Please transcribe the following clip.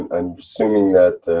and assuming that,